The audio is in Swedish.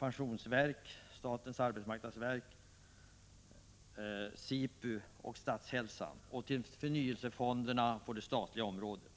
pensionsverk, statens arbetsmarknadsnämnd, statens institut för personalutveckling, Statshälsan och förnyelsefonderna på det statliga området.